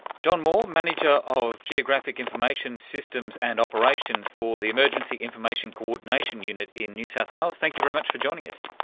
john moore, manager of geographic information systems and operations for the emergency information coordination unit in new south wales, thank you very much for joining us.